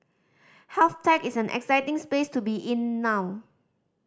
health tech is an exciting space to be in now